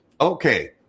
Okay